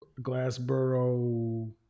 Glassboro